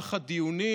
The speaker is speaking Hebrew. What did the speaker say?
במהלך הדיונים,